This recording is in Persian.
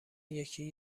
یکی